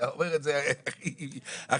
אומר את זה הכי פשוט.